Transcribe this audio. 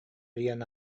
арыйан